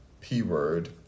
P-Word